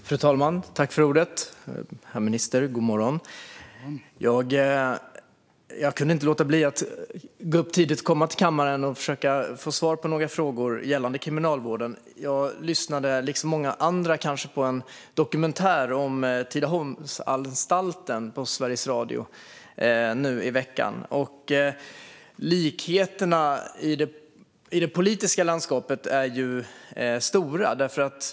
Fru talman! God morgon, herr minister! Jag kunde inte låta bli att gå upp tidigt, komma till kammaren och försöka få svar på några frågor gällande kriminalvården. Jag lyssnade, liksom många andra, på en dokumentär om Tidaholmsanstalten på Sveriges Radio i veckan. Likheterna i det politiska landskapet är stora.